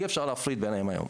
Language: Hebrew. אי אפשר להפריד ביניהם היום,